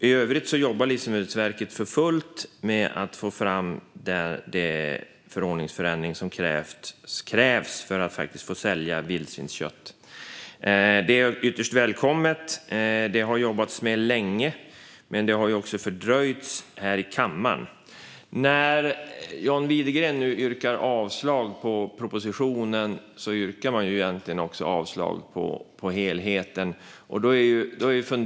I övrigt jobbar Livsmedelsverket för fullt med att få fram den förordningsförändring som krävs för att man ska få sälja vildsvinskött. Detta är ytterst välkommet. Det har jobbats med länge, men det har också fördröjts här i kammaren. När John Widegren yrkade avslag på propositionen yrkade han egentligen också avslag på helheten.